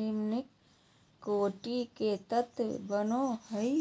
निम्नकोटि के तत्व बनो हइ